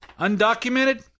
Undocumented